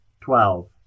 twelve